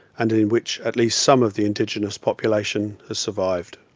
and in which at least some of the indigenous population has survived.